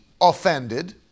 offended